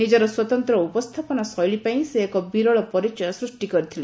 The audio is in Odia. ନିଜର ସ୍ୱତନ୍ତ ଉପସ୍ତାପନା ଶୈଳୀପାଇଁ ସେ ଏକ ବିରଳ ପରିଚୟ ସୃଷ୍ କରିଥିଲେ